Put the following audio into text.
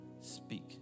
speak